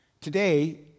Today